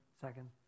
Second